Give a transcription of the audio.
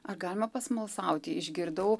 ar galima pasmalsauti išgirdau